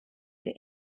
der